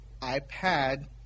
iPad